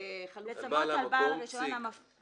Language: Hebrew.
זה משהו שהוא מאוד משמעותי.